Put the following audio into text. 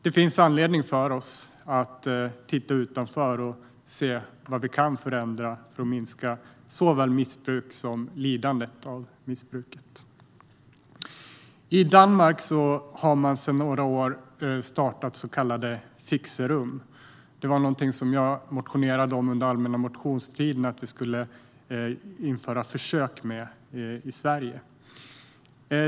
Det finns anledning för oss att titta utåt för att se vad vi kan förändra för att minska såväl missbruket som lidandet till följd av missbruket. I Danmark finns sedan några år så kallade fixerum. Jag väckte en motion under allmänna motionstiden om att införa försök i Sverige.